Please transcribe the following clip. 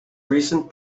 recent